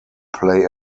play